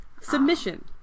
submission